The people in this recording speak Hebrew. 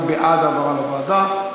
מי בעד העברה לוועדה?